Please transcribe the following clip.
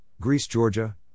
Greece-Georgia